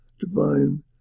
divine